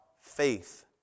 faith